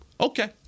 Okay